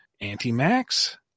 anti-Max